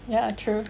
ya true